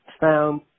found